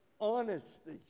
honesty